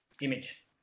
image